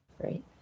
Great